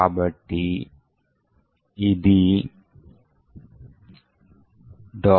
కాబట్టి పేలోడ్ను సృష్టించడానికి మనము payload generator